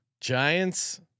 Giants